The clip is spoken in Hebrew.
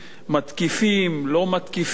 מתקיפים, לא מתקיפים,